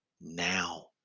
now